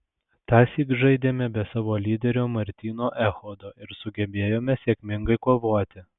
tąsyk žaidėme be savo lyderio martyno echodo ir sugebėjome sėkmingai kovoti